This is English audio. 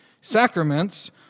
Sacraments